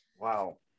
Wow